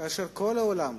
כאשר כל העולם,